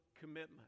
commitment